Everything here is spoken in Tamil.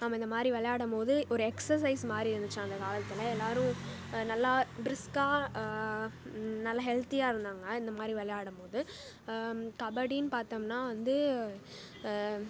நம்ப இந்த மாதிரி விளையாடம் போது ஒரு எக்ஸசைஸ் மாதிரி இருந்துச்சா அந்த காலத்தில் எல்லோரும் நல்ல பிரிஸ்கா நல்ல ஹெல்த்தியாக இருந்தாங்க இந்த மாதிரி விளையாடம்போது கபடின்னு பார்த்தம்னா வந்து